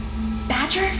Badger